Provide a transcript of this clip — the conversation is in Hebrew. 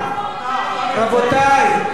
רבותי,